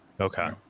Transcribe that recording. Okay